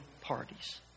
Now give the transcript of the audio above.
parties